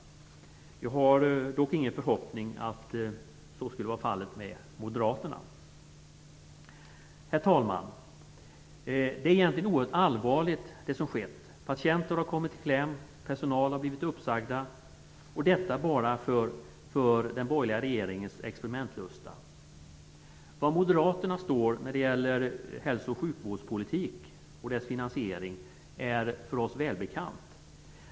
Jag har dock ingen förhoppning att så skulle vara fallet med Moderaterna. Herr talman! Det som skett är egentligen oerhört allvarligt. Patienter har kommit i kläm och personal har blivit uppsagd - och detta bara för den borgerliga regeringens experimentlusta. Var Moderaterna står vad gäller hälso och sjukvårdspolitik och dess finansiering är för oss välbekant.